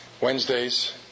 Wednesdays